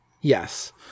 Yes